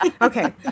Okay